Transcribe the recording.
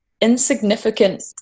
insignificant